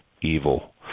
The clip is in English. Evil